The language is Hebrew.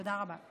תודה רבה.